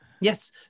Yes